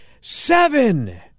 seven